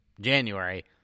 January